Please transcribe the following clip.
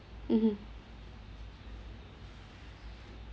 mmhmm